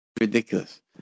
ridiculous